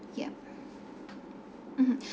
yeah mmhmm